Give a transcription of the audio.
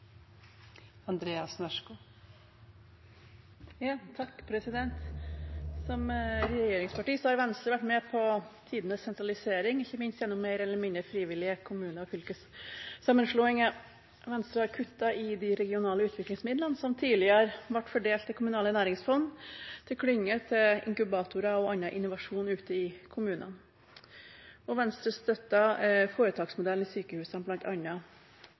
Som regjeringsparti har Venstre vært med på tidenes sentralisering, ikke minst gjennom mer eller mindre frivillige kommune- og fylkessammenslåinger. Venstre har kuttet i de regionale utviklingsmidlene som tidligere ble fordelt til kommunale næringsfond, til klynger, til inkubatorer og annen innovasjon ute i kommunene. Venstre støttet bl.a. foretaksmodellen i sykehusene.